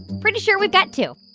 pretty sure we've got two